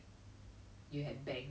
consider a safe space for her